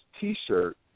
T-shirt